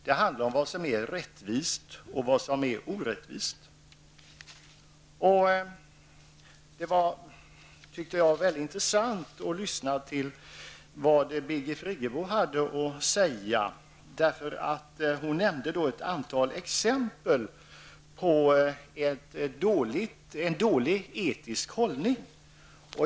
Det handlar om vad som är rättvist och vad som är orättvist. Det var mycket intressant att lyssna till vad Birgit Friggebo hade att säga. Hon nämnde ett antal exempel på en dålig etisk hållning.